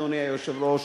אדוני היושב-ראש.